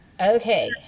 Okay